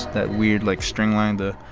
that weird, like, string land the